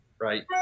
right